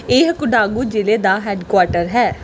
ਇਹ ਕੋਡਾਗੂ ਜ਼ਿਲ੍ਹੇ ਦਾ ਹੈੱਡਕੁਆਰਟਰ ਹੈ